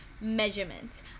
measurement